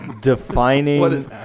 defining